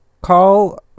call